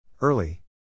Early